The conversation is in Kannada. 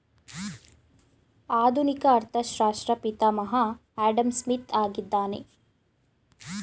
ಆಧುನಿಕ ಅರ್ಥಶಾಸ್ತ್ರ ಪಿತಾಮಹ ಆಡಂಸ್ಮಿತ್ ಆಗಿದ್ದಾನೆ